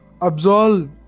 absolve